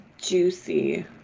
juicy